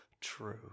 true